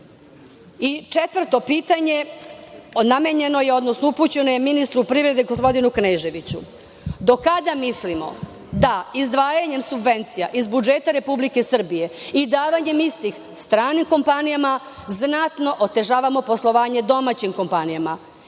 pitanje namenjeno je ministru privrede, gospodinu Kneževiću, do kada mislimo da izdvajanjem subvencije iz budžeta Republike Srbije i davanjem istih stranim kompanijama znatno otežavamo poslovanje domaćim kompanijama